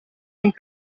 and